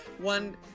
One